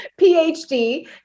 PhD